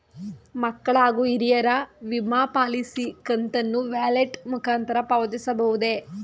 ಮಕ್ಕಳ ಹಾಗೂ ಹಿರಿಯರ ವಿಮಾ ಪಾಲಿಸಿ ಕಂತನ್ನು ವ್ಯಾಲೆಟ್ ಮುಖಾಂತರ ಪಾವತಿಸಬಹುದೇ?